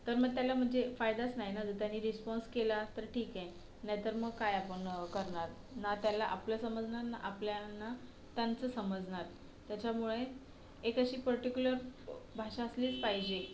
तर मग त्याला म्हणजे फायदाच नाही ना जर त्याने रिस्पॉन्स केला तर ठीक आहे नाही तर मग काय आपण करणार ना त्याला आपलं समजणार ना आपल्यांना त्यांचं समजणार त्याच्यामुळे एक अशी पर्टिक्युलर भाषा असलीच पाहिजे